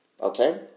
Okay